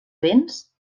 vents